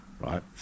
Right